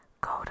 Go